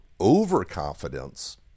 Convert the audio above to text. overconfidence